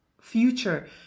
future